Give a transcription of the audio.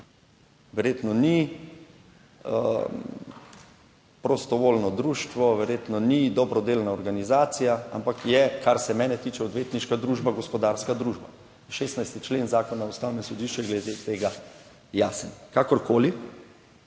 Verjetno ni prostovoljno društvo, verjetno ni dobrodelna organizacija, ampak je, kar se mene tiče, odvetniška družba, gospodarska družba. 16. člen Zakona o Ustavnem sodišču je glede tega jasen. Kakorkoli,